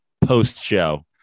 post-show